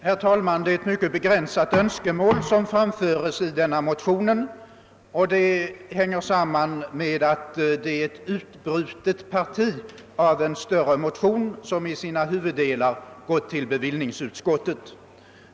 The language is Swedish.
Herr talman! Det är ett mycket begränsat önskemål som framförts i den här behandlade motionen. Det hänger samman med att det gäller ett utbrutet parti av en större motion, som i sina huvuddelar gått till bevillningsutskottet.